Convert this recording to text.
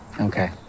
Okay